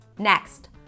Next